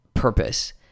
purpose